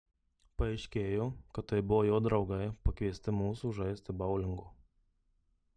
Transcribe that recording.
paaiškėjo kad tai buvo jo draugai pakviesti mūsų žaisti boulingo